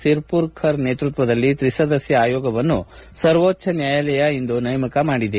ಸಿರ್ಮರ್ಕರ್ ನೇತೃತ್ವದಲ್ಲಿ ತ್ರಿಸದಸ್ಕ ಆಯೋಗವನ್ನು ಸರ್ವೋಜ್ದ ನ್ವಾಯಾಲಯ ಇಂದು ನೇಮಕ ಮಾಡಿದೆ